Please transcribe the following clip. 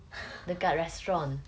dekat restaurant